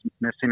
missing